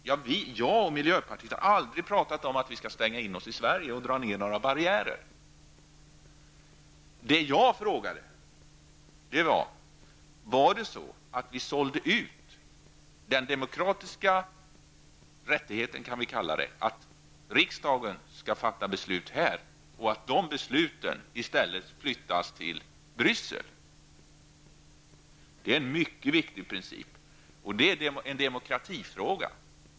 Men varken jag eller miljöpartiet har någonsin talat om att stänga in oss i Sverige och dra ner några barriärer. Vad jag har frågat är: Var det så, att vi så att säga sålde ut den demokratiska rättigheten att riksdagen fattar beslut för att i stället flytta besluten till Bryssel? Det handlar här om en mycket viktig princip, och detta är dessutom en demokratifråga.